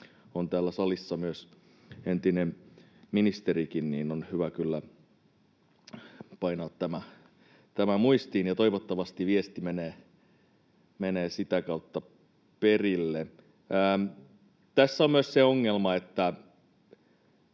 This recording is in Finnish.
on täällä salissa entinen ministerikin, niin on hyvä kyllä painaa tämä muistiin, ja toivottavasti viesti menee sitä kautta perille. Tässä on myös se ongelma, että